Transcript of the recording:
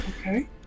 Okay